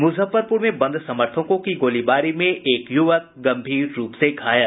मुजफ्फरपुर में बंद समर्थकों की गोलीबारी में एक यूवक गम्भीर रूप से घायल